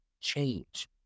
change